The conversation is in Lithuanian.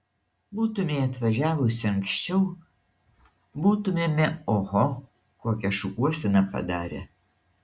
būtumei atvažiavusi anksčiau būtumėme oho kokią šukuoseną padarę